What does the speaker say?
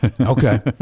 okay